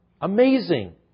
Amazing